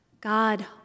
God